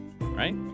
right